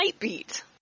Nightbeat